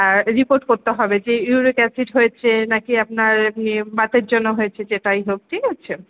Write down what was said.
আর report করতে হবে যে ইউরিক অ্যাসিড হয়েছে না কি আপনার এমনি বাতের জন্য হয়েছে যেটাই হোক ঠিক আছে